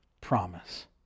promise